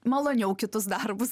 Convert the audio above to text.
maloniau kitus darbus